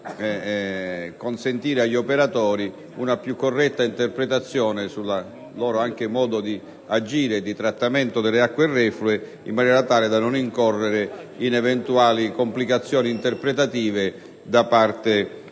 consentire agli operatori una più corretta interpretazione del loro modo di agire nel trattamento delle acque reflue, in maniera tale da non incorrere in eventuali complicazioni interpretative da parte degli